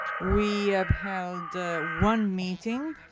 we have held one meeting